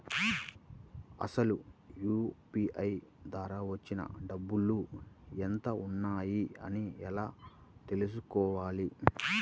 అసలు యూ.పీ.ఐ ద్వార వచ్చిన డబ్బులు ఎంత వున్నాయి అని ఎలా తెలుసుకోవాలి?